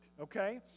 Okay